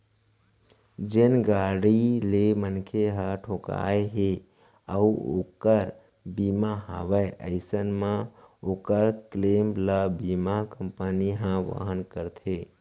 जेन गाड़ी ले मनखे ह ठोंकाय हे अउ ओकर बीमा हवय अइसन म ओकर क्लेम ल बीमा कंपनी ह वहन करथे